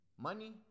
money